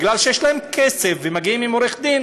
מכיוון שיש להם כסף והם מגיעים עם עורך-דין,